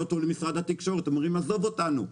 אותו למשרד התקשורת הם אומרים עזוב אותנו,